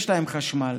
יש להם חשמל.